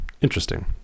interesting